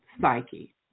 psyche